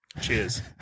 Cheers